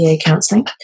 counselling